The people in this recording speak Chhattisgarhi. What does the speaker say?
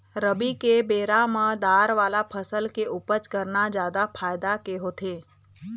रबी के बेरा म दार वाला फसल के उपज करना जादा फायदा के होथे